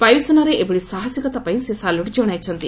ବାୟୁସେନାର ଏଭଳି ସାହସିକତା ପାଇଁ ସେ ସାଲ୍ୟଟ୍ ଜଣାଇଛନ୍ତି